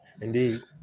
indeed